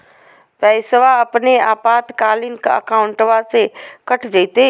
पैस्वा अपने आपातकालीन अकाउंटबा से कट जयते?